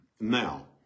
Now